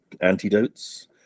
antidotes